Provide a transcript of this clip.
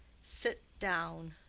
sit down.